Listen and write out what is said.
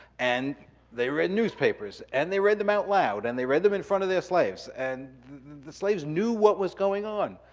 and they read newspapers, and they read them out loud, and they read them in front of their slaves. and the slaves knew what was going on.